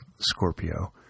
Scorpio